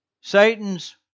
Satan's